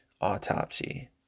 autopsy